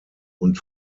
und